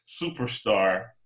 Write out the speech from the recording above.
Superstar